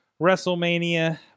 WrestleMania